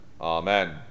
Amen